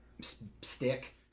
stick